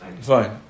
Fine